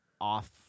off